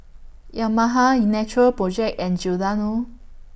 Yamaha E Natural Project and Giordano